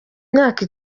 imyaka